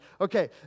Okay